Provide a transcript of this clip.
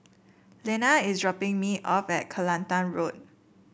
Lenna is dropping me off at Kelantan Road